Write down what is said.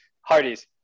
Hardy's